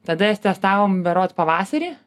tada jas testavom berods pavasarį